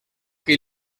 que